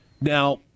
Now